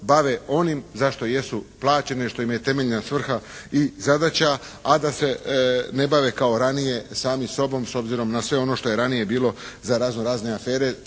bave onim za što jesu plaćene što im je temeljna svrha i zadaća, a da se ne bave kao ranije sami sobom s obzirom na sve ono što je ranije bilo za razno razne afere